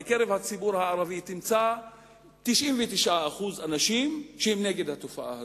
בקרב הציבור הערבי תמצא 99% אנשים שהם נגד התופעה הזאת,